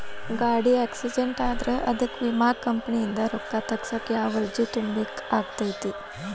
ಗಾಡಿ ಆಕ್ಸಿಡೆಂಟ್ ಆದ್ರ ಅದಕ ವಿಮಾ ಕಂಪನಿಯಿಂದ್ ರೊಕ್ಕಾ ತಗಸಾಕ್ ಯಾವ ಅರ್ಜಿ ತುಂಬೇಕ ಆಗತೈತಿ?